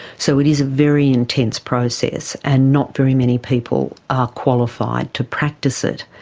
so it is a very intense process, and not very many people are qualified to practice it.